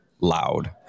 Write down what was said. loud